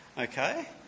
Okay